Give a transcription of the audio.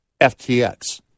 FTX